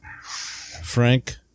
Frank